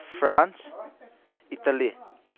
France Italy